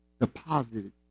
deposited